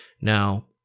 Now